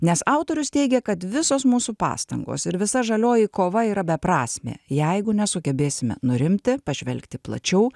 nes autorius teigia kad visos mūsų pastangos ir visa žalioji kova yra beprasmė jeigu nesugebėsime nurimti pažvelgti plačiau